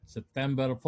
September